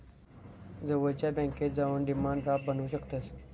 जवळच्या बॅन्केत जाऊन डिमांड ड्राफ्ट बनवू शकतंस